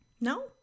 No